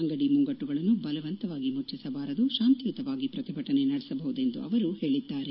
ಅಂಗಡಿ ಮುಂಗಟ್ಟುಗಳನ್ನು ಬಲವಂತವಾಗಿ ಮುಚ್ಚಿಸಬಾರದು ಶಾಂತಿಯುತವಾಗಿ ಪ್ರತಿಭಟನೆ ನಡೆಸಬಹುದು ಎಂದು ಅವರು ಹೇಳಿದ್ದಾರೆ